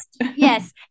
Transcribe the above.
Yes